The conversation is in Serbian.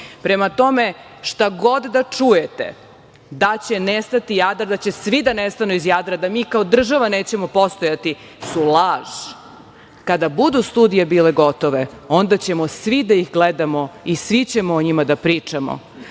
Prema tome, šta god da čujete, da će nestati Jadar, da će svi nestati iz Jadra, da mi kao država nećemo postojati su laž. Kada budu studije bile gotove onda ćemo svi da ih gledamo i svi ćemo o njima da pričamo,